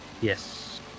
Yes